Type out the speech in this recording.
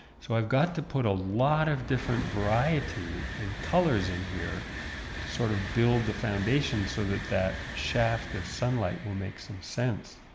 so i've got to put a lot of different variety and colors in here to sort of build the foundation so that that shaft of sunlight will make some sense!